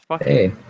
Hey